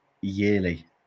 yearly